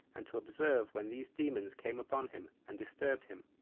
and to observe when these demons came upon him and disturbed him,